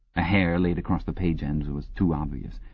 a hair laid across the page-ends was too obvious.